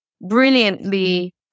brilliantly